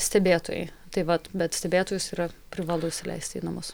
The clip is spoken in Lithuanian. stebėtojai tai vat bet stebėtojus yra privalu įsileisti į namus